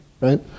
right